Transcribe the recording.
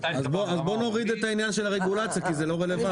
אז בוא נוריד את הנקודה של הרגולציה כי זה לא רלוונטי.